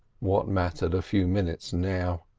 what mattered a few minutes now?